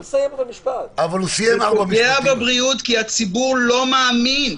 זה פוגע בבריאות, כי הציבור לא מאמין.